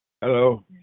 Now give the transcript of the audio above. hello